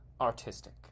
artistic